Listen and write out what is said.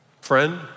friend